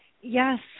Yes